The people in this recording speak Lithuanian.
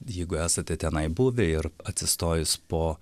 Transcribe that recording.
jeigu esate tenai buvę ir atsistojus po